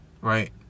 right